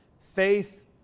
Faith